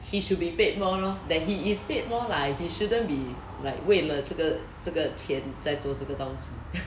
he should be paid more lor that he is paid more lah but he shouldn't be like 为了这个这个钱在做这个东西